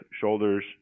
shoulders